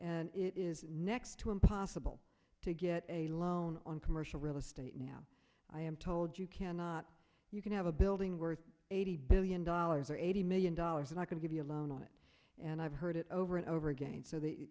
and it is next to impossible to get a loan on commercial real estate now i am told you cannot you can have a building worth eighty billion dollars or eighty million dollars and i can give you a loan on it and i've heard it over and over again so they